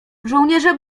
żołnierze